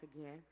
again